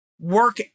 Work